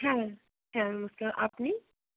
হ্যাঁ হ্যাঁ আপনি